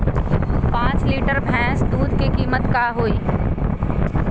पाँच लीटर भेस दूध के कीमत का होई?